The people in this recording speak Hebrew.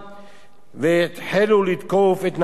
והחלו לתקוף את נהג הרכב